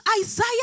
Isaiah